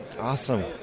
Awesome